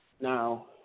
Now